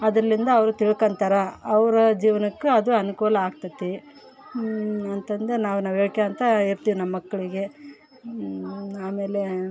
ಅದರಿಂದ ಅವ್ರು ತಿಳ್ಕೊಂತಾರೆ ಅವರ ಜೀವನಕ್ಕೆ ಅದು ಅನುಕೂಲ ಆಗ್ತದೆ ಅಂತಂದು ನಾವು ನಾವು ಹೇಳ್ಕೋತ ಇರ್ತೀವಿ ನಮ್ಮ ಮಕ್ಕಳಿಗೆ ಆಮೇಲೆ